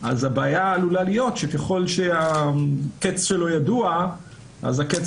הבעיה עלולה להיות שככל שהקץ שלו ידוע אז הקץ